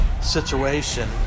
situation